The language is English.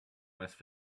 west